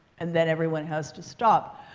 and then, everyone has to stop.